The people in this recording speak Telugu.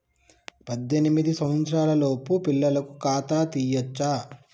పద్దెనిమిది సంవత్సరాలలోపు పిల్లలకు ఖాతా తీయచ్చా?